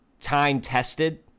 time-tested